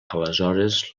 aleshores